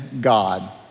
God